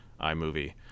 iMovie